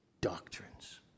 doctrines